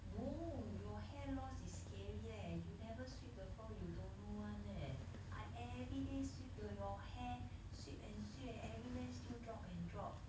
no your hair loss is scary leh you never sweep the floor you don't know one leh I everyday sweep the your hair sweep and sweep eh everywhere still drop and drop